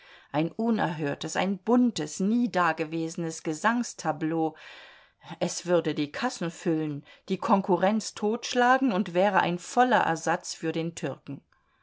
ein unerhörtes ein buntes nie dagewesenes gesangstableau es würde die kassen füllen die konkurrenz totschlagen und wäre ein voller ersatz für den türken